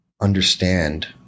understand